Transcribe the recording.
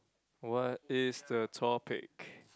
what is the topic